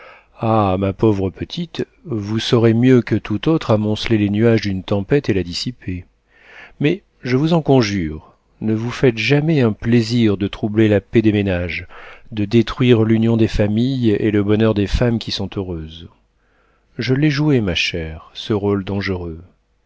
ah ma pauvre petite vous saurez mieux que toute autre amonceler les nuages d'une tempête et la dissiper mais je vous en conjure ne vous faites jamais un plaisir de troubler la paix des ménages de détruire l'union des familles et le bonheur des femmes qui sont heureuses je l'ai joué ma chère ce rôle dangereux